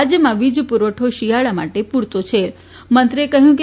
રાજ્યમાં વીજ પુરવઠો શિયાળામાં પુરતો છેમંત્રીએ કહ્યું કે